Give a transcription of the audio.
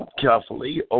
carefully